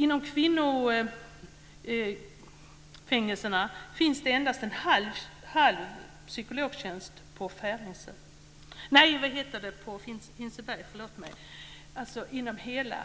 Inom kvinnofängelserna finns det bara en halv psykologtjänst på Hinseberg - alltså inom hela